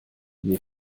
mir